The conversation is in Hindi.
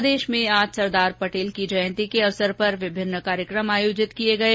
प्रदेश में आज सरदार पटेल की जयंती को अवसर पर विभिन्न कार्यक्रम आयोजित किये गये